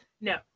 No